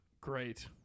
great